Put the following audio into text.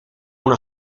una